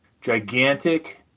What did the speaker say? gigantic